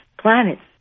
planets